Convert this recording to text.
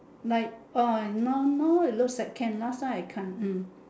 like uh normal it looks like can last time I can't hmm